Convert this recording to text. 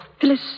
Phyllis